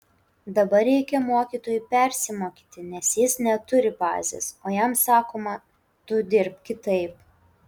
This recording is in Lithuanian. dabar reikia mokytojui persimokyti nes jis neturi bazės o jam sakoma tu dirbk kitaip